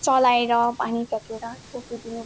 चलाएर पानी फ्याँकेर छोपिदिनु